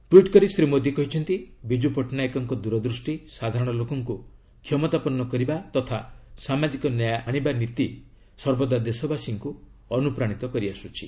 tweet କରି ଶ୍ରୀ ମୋଦୀ କହିଛନ୍ତି ବିକ୍କୁ ପଟ୍ଟନାୟକଙ୍କ ଦୂରଦୃଷ୍ଟି ସାଧାରଣ ଲୋକଙ୍କୁ କ୍ଷମତାପନ୍ନ କରିବା ତଥା ସାମାଜିକ ନ୍ୟାୟ ଆଣିବା ନୀତି ସର୍ବଦା ଦେଶବାସୀଙ୍କୁ ଅନୁପ୍ରାଣିତ କରିଆସୁଛି